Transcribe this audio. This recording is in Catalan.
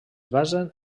basen